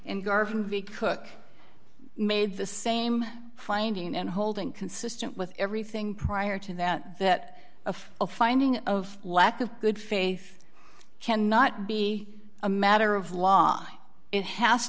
and garvey cook made the same finding and holding consistent with everything prior to that that a finding of lack of good faith cannot be a matter of law it has